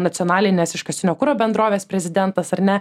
nacionalinės iškastinio kuro bendrovės prezidentas ar ne